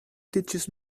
teaches